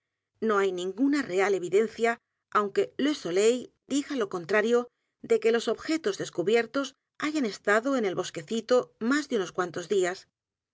no hay ninguna real evidencia aunque le soleil d i g a l o contrario de que los objetos descubiertos hayan estado en el bosquecito más de unos cuantos días